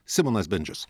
simonas bendžius